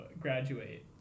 graduate